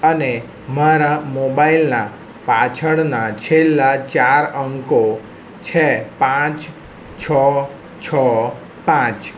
અને મારા મોબાઈલના પાછળના છેલ્લાં ચાર અંકો છે પાંચ છ છ પાંચ